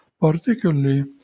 particularly